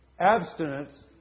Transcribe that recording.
Abstinence